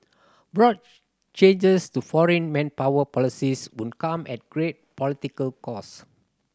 broad changes to foreign manpower policies would come at great political cost